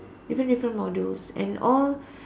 different different modules and all